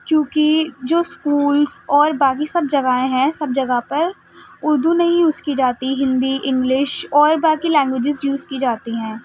کیوںکہ جو اسکولس اور باقی سب جگہیں ہیں سب جگہ پر اردو نہیں یوز کی جاتی ہندی انگلش اور باقی لینگویجز یوز كی جاتی ہیں